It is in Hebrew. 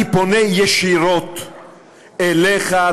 אני פונה ישירות אליך,